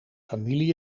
familie